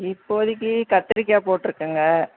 இப்போதிக்கு கத்திரிக்காய் போட்டுருக்கங்க